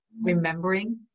remembering